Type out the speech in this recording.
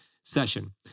session